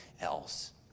else